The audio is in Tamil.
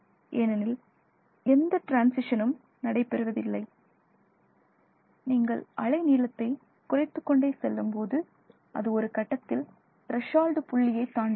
ஏனெனில் எந்த ட்ரான்ஷிசனும் நடைபெறுவதில்லை நீங்கள் அலை நீளத்தை குறைத்துக்கொண்டே செல்லும்போது அது ஒரு கட்டத்தில் த்ரசோல்டு புள்ளியை தாண்டுகிறது